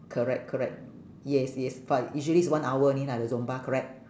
correct correct yes yes but usually is one hour only lah the zumba correct